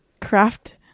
craft